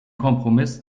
kompromiss